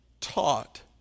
taught